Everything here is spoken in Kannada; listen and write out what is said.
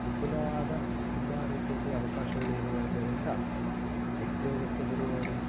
ವಿಪುಲವಾದ ತುಂಬ ರೀತಿಯಲ್ಲಿ ಅವಕಾಶಗಳಿರುವುದರಿಂದ ಉದ್ಯೋಗಕ್ಕೆ ಬರುವವರು